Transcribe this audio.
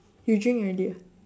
you drink already ah